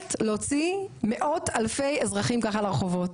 היכולת להוציא מאות אלפי אזרחים ככה לרחובות,